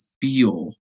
feel